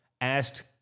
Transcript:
asked